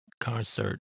concert